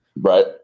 Right